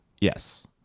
Yes